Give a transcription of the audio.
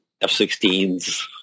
f-16s